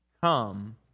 Come